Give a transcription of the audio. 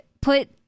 put